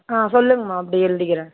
ஆ சொல்லுங்கம்மா அப்டே எழுதிக்கிறேன்